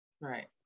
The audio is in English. right